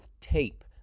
tape